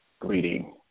greeting